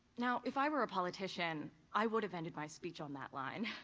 now, if i were a politician, i would have ended my speech on that line.